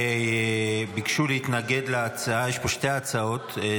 יש פה שתי הצעות,